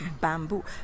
bamboo